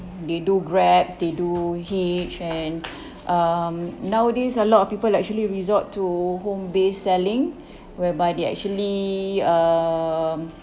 they do grabs they do hitch and um nowadays a lot of people actually resort to home-based selling whereby they actually um